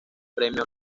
premio